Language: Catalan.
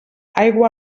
aigua